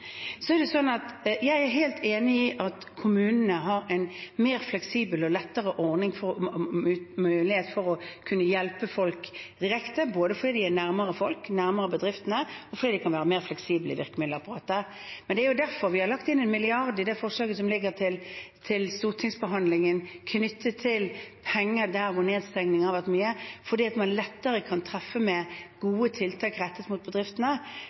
Jeg er helt enig i at kommunene har en mer fleksibel og lettere mulighet for å kunne hjelpe folk direkte, både fordi de er nærmere folk, nærmere bedriftene, og fordi de kan være mer fleksible i virkemidler til dette. Det er derfor vi har lagt inn en milliard i det forslaget som ligger til stortingsbehandling knyttet til penger der det har vært mye nedstengning. Det er fordi man lettere kan treffe med gode tiltak rettet mot bedriftene.